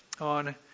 on